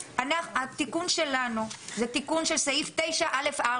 התיקון שלנו הוא תיקון של סעיף 9א(4).